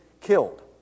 killed